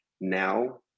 now